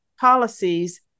policies